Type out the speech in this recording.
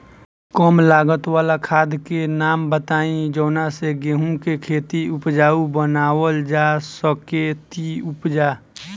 कम लागत वाला खाद के नाम बताई जवना से गेहूं के खेती उपजाऊ बनावल जा सके ती उपजा?